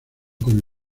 con